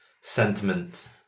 sentiment